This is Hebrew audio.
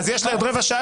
יש עוד רבע שעה,